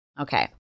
Okay